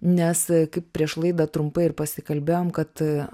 nes kaip prieš laidą trumpai ir pasikalbėjom kad